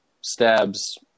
stabs